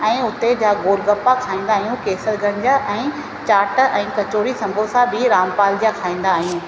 ऐं उते जा गोलगप्पा खाईंदा आहियूं केसर गंज ऐं चाट ऐं कचोड़ी संबोसा बि रामपाल जा खाईंदा आहियूं